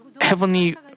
heavenly